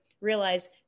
realize